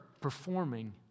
performing